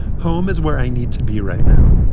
home is where i need to be right now.